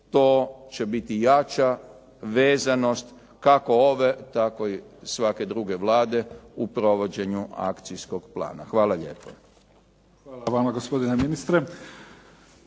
to će biti jača vezanost kako ove tako i svake druge Vlade u provođenju akcijskog plana. Hvala lijepa. **Mimica, Neven